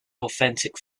authentic